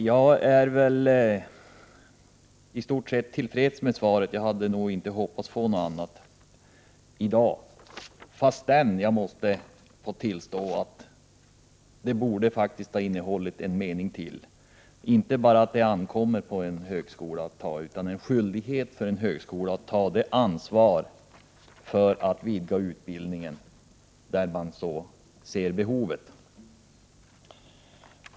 26 maj 1989 Jag är i stort sett till freds med svaret; jag hade inte hoppats få något annat Om ägarkonstruktion | svar i dag, men jag måste få tillstå att jag faktiskt tycker att svaret borde ha enien framtida tredje innehållit ytterligare en mening: att det inte bara ankommer på varje TV-kanal högskola att ta ansvar för att vidga utbildningen där det finns behov av det utan att det också föreligger skyldighet att göra det.